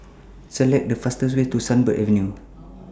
Select The fastest Way to Sunbird Avenue